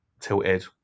tilted